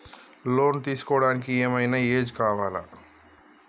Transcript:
Loan తీస్కోవడానికి ఏం ఐనా ఏజ్ కావాలా?